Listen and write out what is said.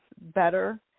better